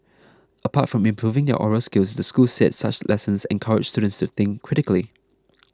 apart from improving their oral skills the school said such lessons encourage students to think critically